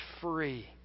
free